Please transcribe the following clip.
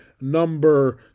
number